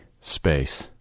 space